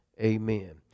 amen